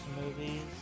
movies